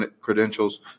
credentials